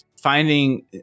finding